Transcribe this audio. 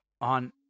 on